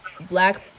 black